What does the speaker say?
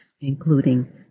including